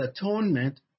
atonement